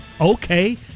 Okay